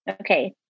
okay